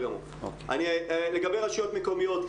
לגבי רשויות מקומיות.